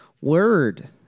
word